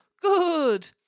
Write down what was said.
good